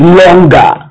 longer